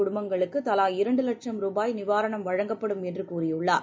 குடும்பங்களுக்குதலா இரண்டுலட்சம் ரூபாய் நிவாரணம் வழங்கப்படும் என்றுகூறியுள்ளார்